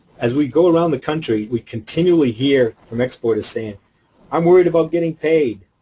as we go around the country, we continually hear from exporters saying i'm worried about getting paid.